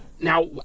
Now